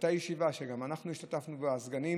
הייתה ישיבה שגם אנחנו השתתפנו בה, הסגנים